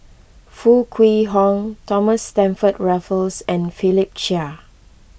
Foo Kwee Horng Thomas Stamford Raffles and Philip Chia